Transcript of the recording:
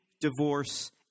divorce